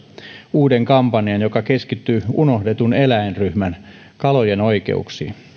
uuden kampanjan joka keskittyi unohdetun eläinryhmän kalojen oikeuksiin